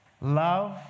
Love